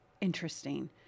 interesting